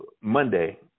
Monday